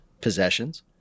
possessions